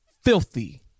Filthy